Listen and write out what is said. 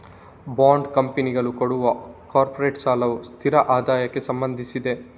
bond ಕಂಪನಿಗಳು ಕೊಡುವ corporate ಸಾಲವು ಸ್ಥಿರ ಆದಾಯಕ್ಕೆ ಸಂಬಂಧಿಸಿದೆ